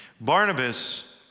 Barnabas